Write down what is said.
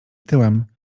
tyłem